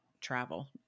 travel